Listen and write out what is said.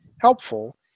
helpful